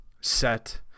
set